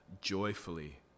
joyfully